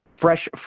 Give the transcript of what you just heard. fresh